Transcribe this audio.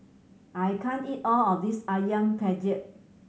I can't eat all of this Ayam Penyet